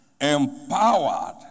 empowered